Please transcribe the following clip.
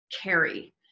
carry